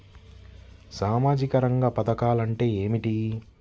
సామాజిక రంగ పధకాలు అంటే ఏమిటీ?